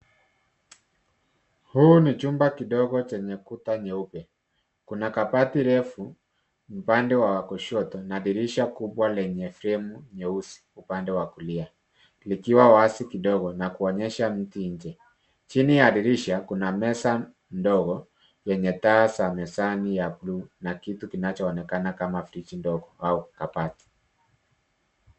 Huu ni chumba kidogo chenye kuta nyeupe. Kuna kabati refu, upande wa kushoto na dirisha kubwa lenye fremu nyeusi, upande wa kulia. Likiwa wazi kidogo, na kuonyesha miti nje. Chini ya dirisha, kuna meza ndogo, yenye taa za mezani ya bluu, na kitu kinachoonekana kama friji ndogo au kabati.